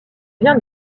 vient